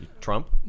Trump